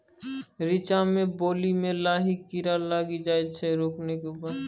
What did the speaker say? रिचा मे बाली मैं लाही कीड़ा लागी जाए छै रोकने के उपाय?